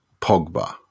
Pogba